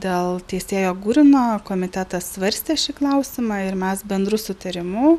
dėl teisėjo gurino komitetas svarstė šį klausimą ir mes bendru sutarimu